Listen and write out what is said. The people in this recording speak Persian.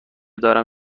دارم